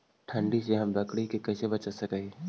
ठंडी से हम बकरी के कैसे बचा सक हिय?